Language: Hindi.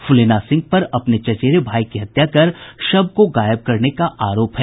फूलेना सिंह पर अपने चचेरे भाई की हत्या कर शव को गायब करने का आरोप है